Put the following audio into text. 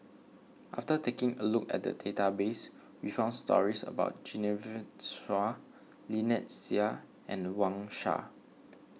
after taking a look at the database we found stories about Genevieve Chua Lynnette Seah and Wang Sha